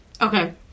Okay